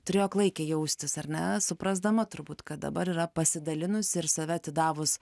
turėjo klaikiai jaustis ar ne suprasdama turbūt kad dabar yra pasidalinusi ir save atidavus